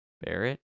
Barrett